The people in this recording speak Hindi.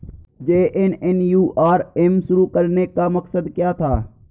जे.एन.एन.यू.आर.एम शुरू करने का मकसद क्या था?